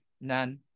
None